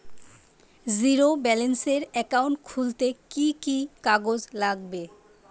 Zero ব্যালেন্সের account খুলতে কি কি কাগজ লাগবে?